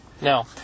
No